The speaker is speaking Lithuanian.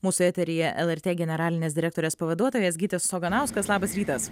mūsų eteryje lrt generalinės direktorės pavaduotojas gytis oganauskas labas rytas